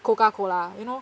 coca cola you know